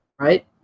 right